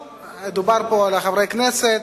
ודובר פה על חברי הכנסת,